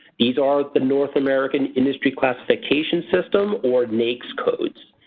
these are the north american industry classification system or naics codes.